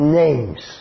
names